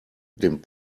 den